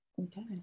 okay